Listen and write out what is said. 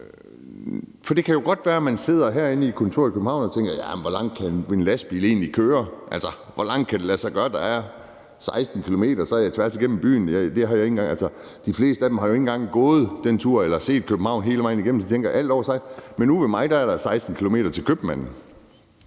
Det kan jo godt være, at man sidder herinde i et kontor i København og tænker: Hvor langt kan en lastbil egentlig køre? Hvor langt kan det lade sig gøre der er? På 16 km er jeg tværs igennem byen. De fleste af dem har jo ikke engang gået den tur eller set København hele vejen igennem. Men ude ved mig er der 16 km til købmanden.